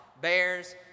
bears